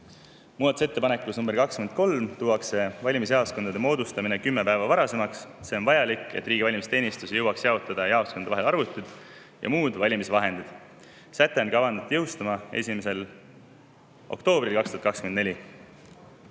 Muudatusettepanekuga nr 23 tuuakse valimisjaoskondade moodustamine 10 päeva varasemaks. See on vajalik, et riigi valimisteenistus jõuaks jaotada jaoskondade vahel arvuteid ja muid valimisteks vajalikke vahendeid. Säte on kavandatud jõustuma 1. oktoobril 2024.